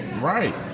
right